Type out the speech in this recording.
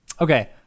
Okay